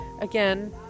again